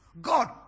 God